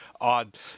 odd